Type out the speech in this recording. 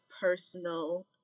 personal